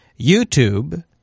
YouTube